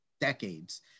decades